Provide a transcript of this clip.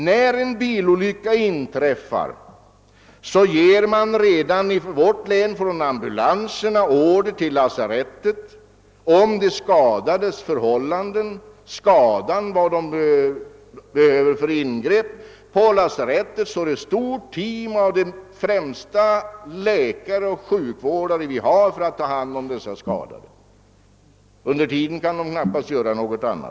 När det inträffat en bilolycka ger man i vårt län redan från ambulanserna order till lasarettet, rapporterar skadorna och vilka ingrepp som behöver göras, och på lasarettet står ett stort team av framstående läkare och sjukvårdare beredda att ta hand om de skadade. Under mellantiden kan den personalen knappast göra något annat.